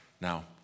Now